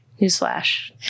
Newsflash